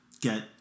get